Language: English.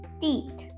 teeth